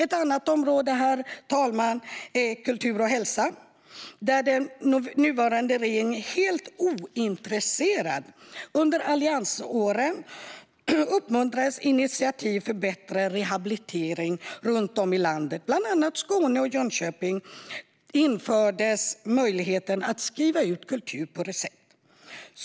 Ett annat område är kultur och hälsa, där den nuvarande regeringen är helt ointresserad. Under alliansåren uppmuntrades initiativ för bättre rehabilitering runt om i landet. I bland annat Skåne och Jönköping infördes möjligheten att skriva ut kultur på recept.